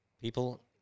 People